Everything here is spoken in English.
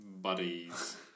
buddies